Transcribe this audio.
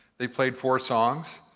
they played four songs.